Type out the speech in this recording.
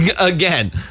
Again